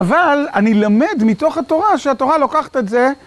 אבל אני למד מתוך התורה שהתורה לוקחת את זה.